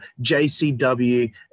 JCW